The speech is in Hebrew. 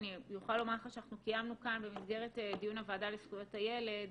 אני יכולה לומר לך שאנחנו קיימנו כאן במסגרת דיון הוועדה לזכויות הילד